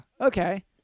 Okay